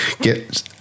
get